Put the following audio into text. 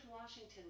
Washington